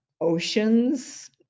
Oceans